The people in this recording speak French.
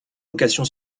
vocation